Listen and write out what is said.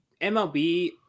MLB